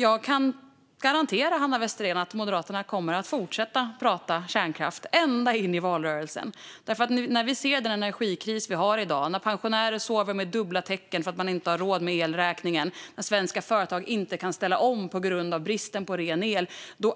Jag kan garantera Hanna Westerén att Moderaterna kommer att fortsätta prata kärnkraft ända in i valrörelsen. När vi ser den energikris vi har i dag, när pensionärer sover med dubbla täcken för att de inte har råd med elräkningen och när svenska företag inte kan ställa om på grund av bristen på ren el